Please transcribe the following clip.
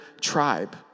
tribe